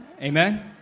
Amen